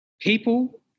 People